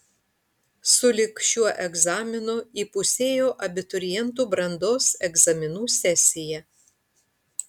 su lig šiuo egzaminu įpusėjo abiturientų brandos egzaminų sesija